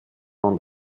und